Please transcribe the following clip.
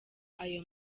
ayo